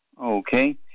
Okay